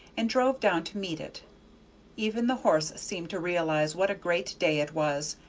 and drove down to meet it even the horse seemed to realize what a great day it was,